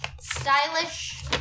Stylish